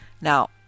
Now